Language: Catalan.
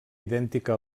idèntica